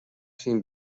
syn